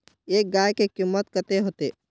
एक गाय के कीमत कते होते?